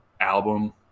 album